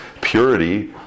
purity